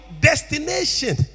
destination